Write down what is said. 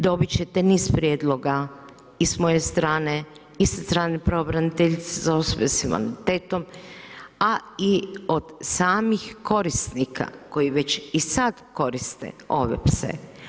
Dobit ćete niz prijedloga i s moje strane i sa strane pravobraniteljice za osobe s invaliditetom, a i od samih korisnika koji već i sada koriste ove pse.